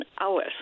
hours